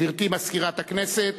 גברתי מזכירת הכנסת.